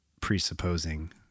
presupposing